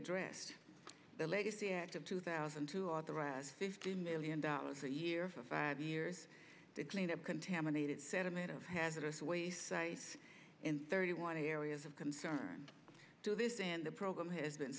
addressed the legacy act of two thousand to authorize fifty million dollars a year for five years to clean up contaminated sediment of hazardous waste sites in thirty one areas of concern to this in the program has been